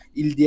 il